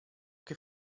che